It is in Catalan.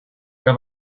que